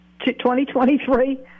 2023